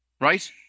right